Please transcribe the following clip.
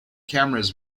cameras